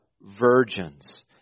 virgins